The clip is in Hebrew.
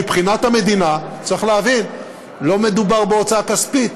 מבחינת המדינה צריך להבין: לא מדובר בהוצאה כספית,